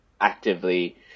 actively